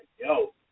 yo